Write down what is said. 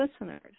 listeners